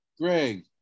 Greg